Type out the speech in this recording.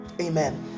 Amen